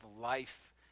life